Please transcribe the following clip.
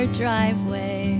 driveway